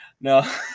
No